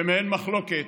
במעין מחלוקת,